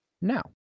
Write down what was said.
now